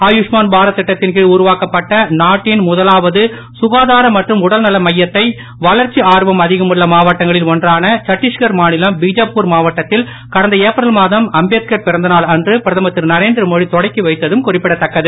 ஆயுஷ்மான் பாரத் திட்டத்தின்கீழ் உருவாக்கப்பட்ட நாட்டின் முதலாவது சுகாதார மற்றும் உடல்நல மையத்தை வளர்ச்சி ஆர்வம் அதிகமுள்ள மாவட்டங்களில் ஒன்றுன சட்டீஷ்கர் மாநிலம் பீ ஐப்புர் மாவட்டத்தில் கடந்த ஏப்ரல் மாதம் அம்பேத்கார் பிறந்தநாள் அன்று பிரதமர் திருநரேந்திர மோடி தொடக்கிவைத்ததும் குறிப்பிடத்தக்கது